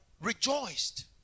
rejoiced